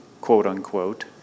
quote-unquote